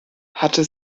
hatte